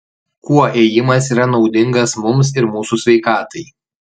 kuo ėjimas yra naudingas mums ir mūsų sveikatai